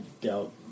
doubt